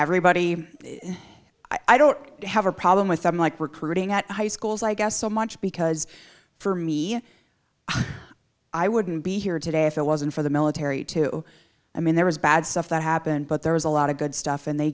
everybody i don't have a problem with them like recruiting at high schools i guess so much because for me i wouldn't be here today if it wasn't for the military too i mean there was bad stuff that happened but there was a lot of good stuff and they